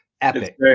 Epic